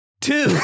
Two